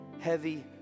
heavy